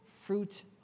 fruit